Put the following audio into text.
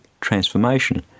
transformation